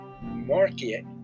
market